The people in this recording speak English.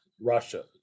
Russia